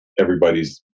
everybody's